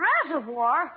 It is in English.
Reservoir